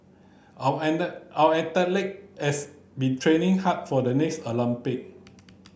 our our athlete has been training hard for the next Olympic